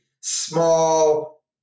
small